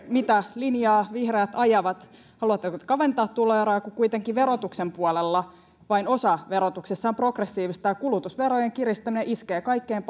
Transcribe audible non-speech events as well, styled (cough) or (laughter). mitä linjaa vihreät ajavat haluatteko te kaventaa tuloeroja kun kuitenkin verotuksen puolella vain osa verotuksessa on progressiivista ja kulutusverojen kiristäminen iskee kaikkein (unintelligible)